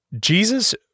Jesus